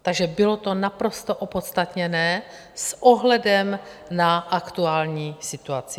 Takže bylo to naprosto opodstatněné s ohledem na aktuální situaci.